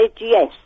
yes